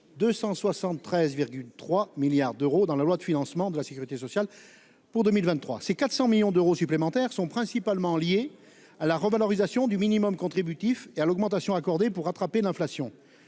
273 3 milliards d'euros dans la loi de financement de la Sécurité sociale pour 2023. Ces 400 millions d'euros supplémentaires sont principalement liées à la revalorisation du minimum contributif et à l'augmentation accordée pour rattraper l'inflation